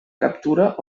captura